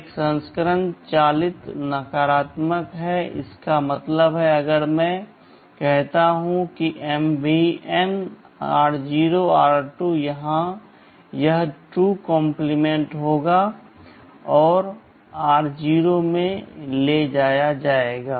एक और संस्करण चालित नकारात्मक है इसका मतलब है अगर मैं कहता हूं कि MVN r0 r2 यहाँ यह 2 कॉम्प्लीमेंट होगा और r0 में ले जाया जाएगा